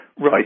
Right